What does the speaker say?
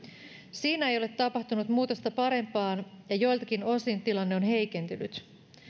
siinä ei ole tapahtunut muutosta parempaan ja joiltakin osin tilanne on heikentynyt